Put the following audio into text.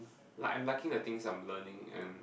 like I'm liking the things I'm learning and